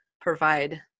provide